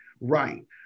right